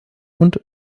und